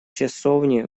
часовни